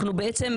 בעצם,